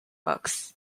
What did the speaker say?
books